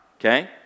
okay